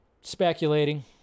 Speculating